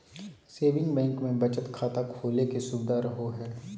saving bank मे बचत खाता खोले के सुविधा रहो हय